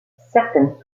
certaines